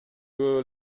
көп